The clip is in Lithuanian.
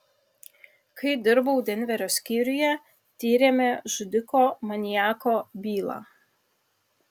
kai dirbau denverio skyriuje tyrėme žudiko maniako bylą